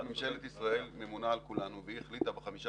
ממשלת ישראל ממונה על כולנו והיא החליטה ב-15